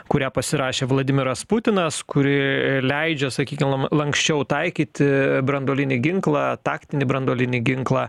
kurią pasirašė vladimiras putinas kuri leidžia sakykim lanksčiau taikyti branduolinį ginklą taktinį branduolinį ginklą